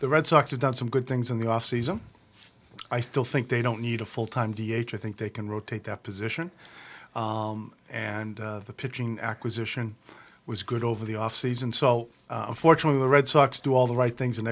the red sox have done some good things in the offseason i still think they don't need a full time d h i think they can rotate that position and the pitching acquisition was good over the offseason so unfortunately the red sox do all the right things and